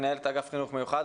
מנהלת האגף לחינוך מיוחד.